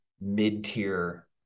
mid-tier